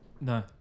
no